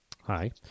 Hi